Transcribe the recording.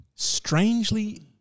strangely